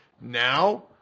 Now